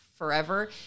forever